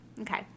okay